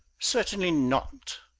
certainly not!